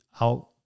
out